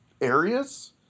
areas